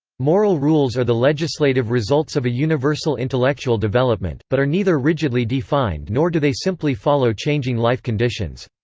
moral rules are the legislative results of a universal intellectual development, but are neither rigidly defined nor do they simply follow changing life conditions.